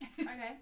Okay